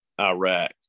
iraq